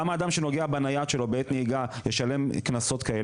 למה אדם שנוגע בנייד שלו בעת נהיגה ישלם כאלה קנסות?